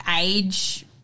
age